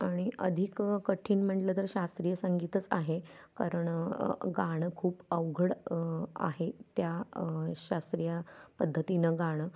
आणि अधिक कठीण म्हणलं तर शास्त्रीय संगीतच आहे कारण गाणं खूप अवघड आहे त्या शास्त्रीय पद्धतीनं गाणं